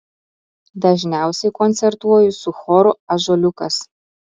dažniausiai koncertuoju su choru ąžuoliukas